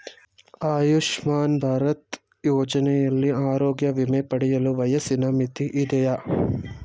ಆಯುಷ್ಮಾನ್ ಭಾರತ್ ಯೋಜನೆಯಲ್ಲಿ ಆರೋಗ್ಯ ವಿಮೆ ಪಡೆಯಲು ವಯಸ್ಸಿನ ಮಿತಿ ಇದೆಯಾ?